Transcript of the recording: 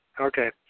okay